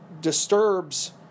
disturbs